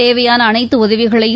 தேவையானஅனைத்துடதவிகளையும்